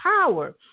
power